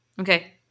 Okay